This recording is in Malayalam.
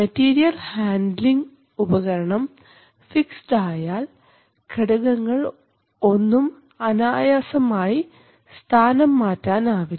മെറ്റീരിയൽ ഹാൻഡ്ലിങ് ഉപകരണം ഫിക്സഡ് ആയാൽ ഘടകങ്ങൾ ഒന്നും അനായാസമായി സ്ഥാനം മാറ്റാനാവില്ല